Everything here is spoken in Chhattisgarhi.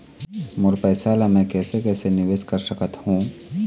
मोर पैसा ला मैं कैसे कैसे निवेश कर सकत हो?